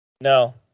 No